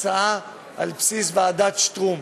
הצעה על בסיס ועדת שטרום,